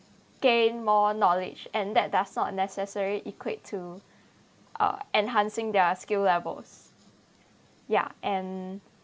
gain more knowledge and that does not necessarily equate to uh enhancing their skill levels ya and